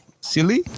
Silly